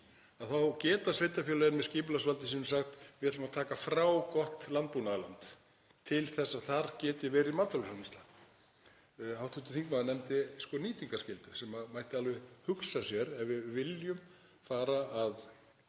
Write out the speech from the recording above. Þá geta sveitarfélögin með skipulagsvaldi sínu sagt: Við ætlum að taka frá gott landbúnaðarland til þess að þar geti verið matvælaframleiðsla. Hv. þingmaður nefndi nýtingarskyldu sem mætti alveg hugsa sér ef við viljum fara að